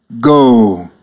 Go